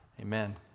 Amen